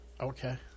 Okay